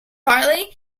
partly